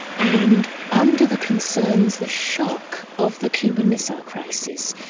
and under the concerns the shock of the cuban missile crisis,